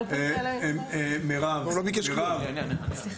לא ביקשתי כלום.